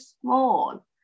small